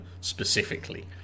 specifically